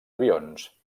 avions